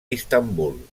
istanbul